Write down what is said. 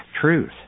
truth